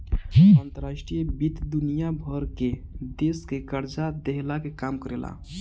अंतर्राष्ट्रीय वित्त दुनिया भर के देस के कर्जा देहला के काम करेला